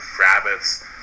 rabbits